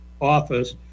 office